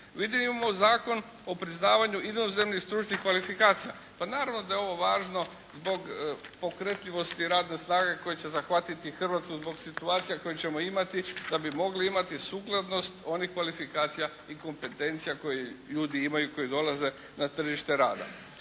Vidimo Zakon o priznavanju inozemnih stručnih kvalifikacija. Pa naravno da je ovo važno zbog pokretljivosti radne snage koje će zahvatiti Hrvatsku zbog situacija koje ćemo imati da bi mogli imati sukladnost onih kvalifikacija i kompetencija koje ljudi imaju koji dolaze na tržište rada.